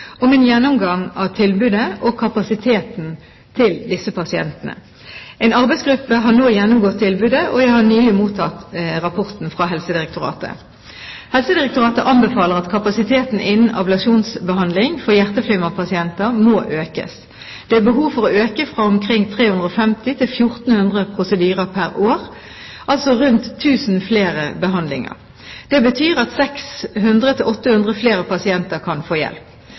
om en gjennomgang av tilbudet og kapasiteten til disse pasientene. En arbeidsgruppe har nå gjennomgått tilbudet, og jeg har nylig mottatt rapporten fra Helsedirektoratet. Helsedirektoratet anbefaler at kapasiteten innen ablasjonsbehandling for hjerteflimmerpasienter må økes. Det er behov for å øke fra omkring 350–1400 prosedyrer pr. år, altså rundt 1000 flere behandlinger. Det betyr at 600–800 flere pasienter kan få hjelp.